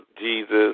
Jesus